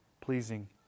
pleasing